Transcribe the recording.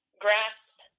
grasp